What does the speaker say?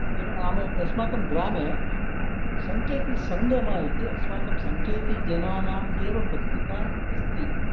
अद्य अस्माकं ग्रामे सङ्केकीसङ्गमा इति अस्माकं सङ्केकीजनानां एव पत्रिका अस्ति